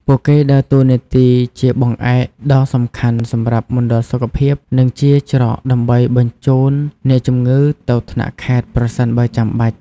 ពួកគេដើរតួនាទីជាបង្អែកដ៏សំខាន់សម្រាប់មណ្ឌលសុខភាព និងជាច្រកដើម្បីបញ្ជូនអ្នកជំងឺទៅថ្នាក់ខេត្តប្រសិនបើចាំបាច់។